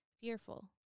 fearful